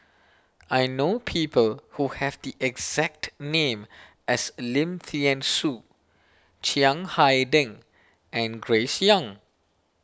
I know people who have the exact name as Lim thean Soo Chiang Hai Ding and Grace Young